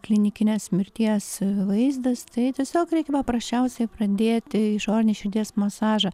klinikinės mirties vaizdas tai tiesiog reikia paprasčiausiai pradėti išorinį širdies masažą